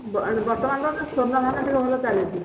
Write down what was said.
ବର୍ତ୍ତମାନ୍ ତ ନା ସ୍ଵର୍ଣ୍ଣ ଧାନ ଟିକେ ଭଲ ଚାଲିଛି